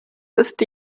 ist